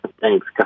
Thanks